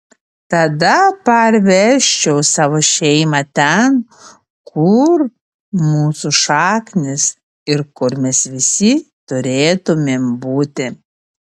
tada parvežčiau savo šeimą ten kur mūsų šaknys ir kur mes visi turėtumėm būti